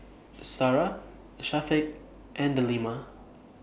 Sarah Syafiq and Delima